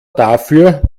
dafür